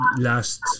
last